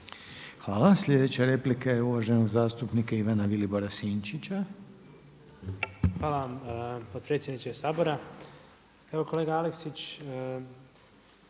Hvala. Sljedeća replika je uvaženog zastupnika Ivana Vilibora Sinčića. **Sinčić, Ivan Vilibor (Živi zid)** Hvala vam potpredsjedniče Sabora. Evo kolega Aleksić